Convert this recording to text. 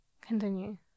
continue